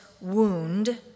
wound